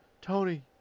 tony